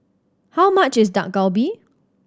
how much is Dak Galbi